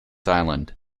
island